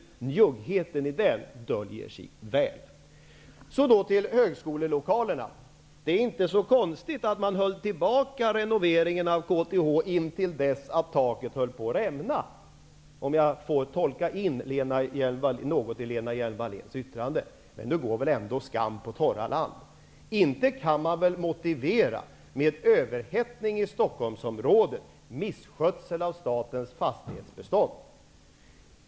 Njuggheten i den döljer sig väl. Så något om högskolelokalerna. Det är inte så konstigt att man höll tillbaka renoveringen av KTH intill dess att taket höll på att rämna -- om jag nu får tolka in något i Lena Hjelm-Walléns yttrande. Men nu går väl ändå skam på torra land! Inte kan man väl motivera misskötseln av statens fastighetsbestånd genom att hänvisa till överhettningen i Stockholmsområdet.